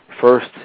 first